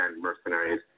mercenaries